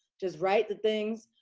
just write the things.